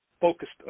focused